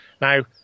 now